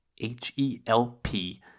H-E-L-P